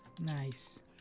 Nice